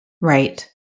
right